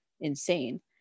insane